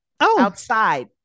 outside